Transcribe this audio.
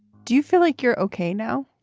do you feel like you're ok now?